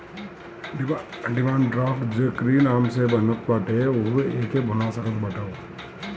demand draft जेकरी नाम से बनत बाटे उहे एके भुना सकत बाटअ